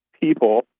people